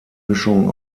mischung